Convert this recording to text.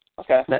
okay